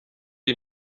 iyi